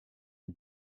qui